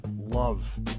love